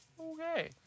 Okay